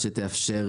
שתאפשר